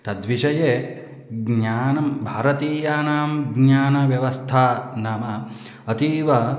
तद्विषये ज्ञानं भारतीयानां ज्ञानव्यवस्था नाम अतीव